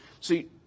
See